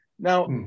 Now